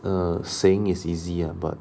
err saying is easy ah but